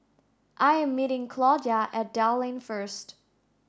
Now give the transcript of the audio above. I am meeting Claudia at Dell Lane first